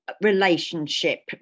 relationship